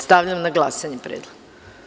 Stavljam na glasanje predlog.